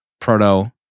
Proto